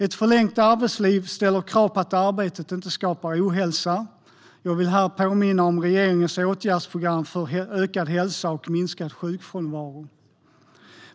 Ett förlängt arbetsliv ställer krav på att arbetet inte skapar ohälsa. Jag vill här påminna om regeringens åtgärdsprogram för ökad hälsa och minskad sjukfrånvaro.